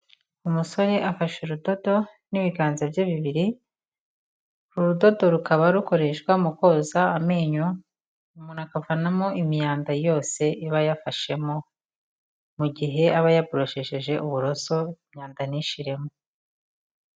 Umusore afashe urudodo n'ibiganza bye bibiri. Urudodo rukaba rukoreshwa mu koza amenyo, umuntu akavanamo imyanda yose iba yafashemo mu gihe aba yaborosesheje uburoso imyanda ntishiremo.